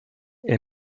est